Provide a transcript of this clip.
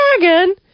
Dragon